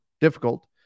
difficult